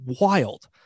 wild